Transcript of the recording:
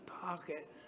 pocket